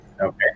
Okay